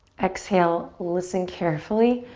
exhale, listen carefully.